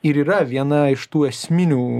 ir yra viena iš tų esminių